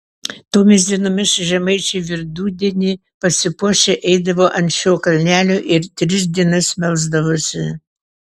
tomis dienomis žemaičiai vidudienį pasipuošę eidavo ant šio kalnelio ir tris dienas melsdavosi